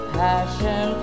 passion